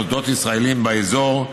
מוסדות ישראליים באזור),